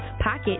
pocket